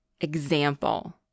example